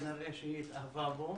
כנראה שהיא התאהבה בו.